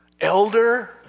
Elder